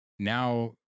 Now